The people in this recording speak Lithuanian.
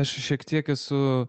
aš šiek tiek esu